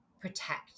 protect